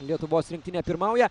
lietuvos rinktinė pirmauja